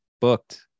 Booked